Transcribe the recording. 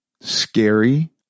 scary